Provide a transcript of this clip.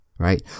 right